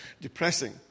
depressing